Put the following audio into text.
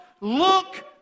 look